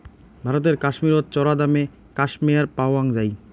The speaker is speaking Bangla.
ভারতের কাশ্মীরত চরাদামে ক্যাশমেয়ার পাওয়াং যাই